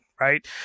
right